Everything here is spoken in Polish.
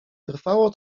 trwało